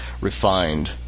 refined